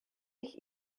ich